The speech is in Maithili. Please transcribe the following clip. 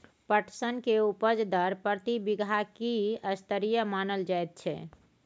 पटसन के उपज दर प्रति बीघा की स्तरीय मानल जायत छै?